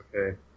Okay